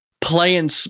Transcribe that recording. playing